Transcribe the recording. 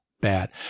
bad